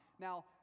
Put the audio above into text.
now